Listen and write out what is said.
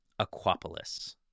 Aquapolis